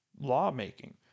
lawmaking